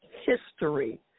history